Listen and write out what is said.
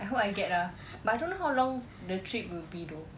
I hope I get ah but I don't know how long the trip will be though